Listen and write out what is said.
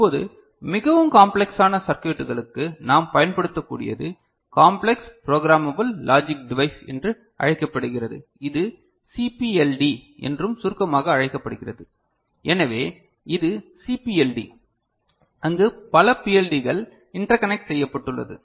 இப்போது மிகவும் காம்ப்லெக்சான சர்க்யுட்டுகளுக்கு நாம் பயன்படுத்தக்கூடியது காம்ப்ளெக்ஸ் ப்ரோக்ராமபல் லாஜிக் டிவைஸ் என்று அழைக்கப்படுகிறது இது சிபிஎல்டி என்றும் சுருக்கமாக அழைக்கப்படுகிறது எனவே இது சிபிஎல்டி அங்கு பல பிஎல்டிகள் இன்டர்கனெக்ட் செய்யப்பட்டுள்ளது